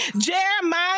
Jeremiah